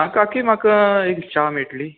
काकी म्हाका एक च्या मेळटली